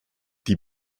die